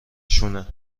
شونه